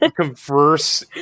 Converse